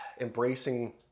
embracing